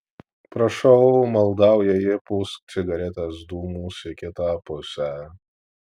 prašau maldauja ji pūsk cigaretės dūmus į kitą pusę